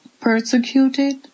persecuted